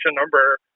number